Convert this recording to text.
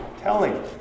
telling